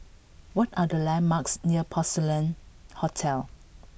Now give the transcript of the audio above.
what are the landmarks near Porcelain Hotel